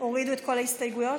הורידו את כל ההסתייגויות?